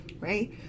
Right